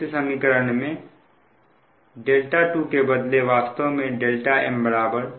इस समीकरण में 2 के बदले वास्तव में m 1 है